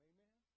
Amen